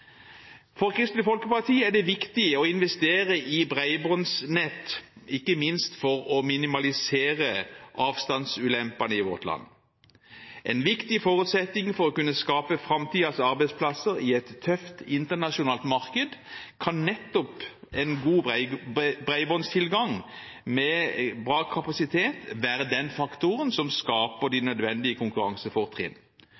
For Kristelig Folkeparti er det viktig å investere i bredbåndsnett, ikke minst for å minimalisere avstandsulempene i vårt land. For å kunne skape framtidens arbeidsplasser i et tøft internasjonalt marked kan nettopp en god bredbåndstilgang, med god kapasitet, være en viktig forutsetning og den faktoren som skaper